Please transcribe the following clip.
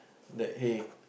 that hey